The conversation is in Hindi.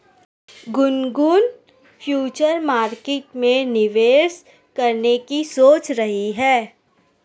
गुनगुन फ्युचर मार्केट में निवेश करने की सोच रही है